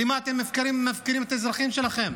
למה אתם מפקירים את האזרחים שלכם,